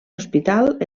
hospital